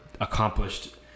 accomplished